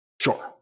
sure